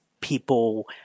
people